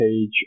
page